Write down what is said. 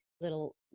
little